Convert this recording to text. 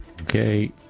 Okay